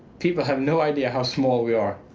people have no idea how small we are.